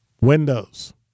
windows